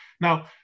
Now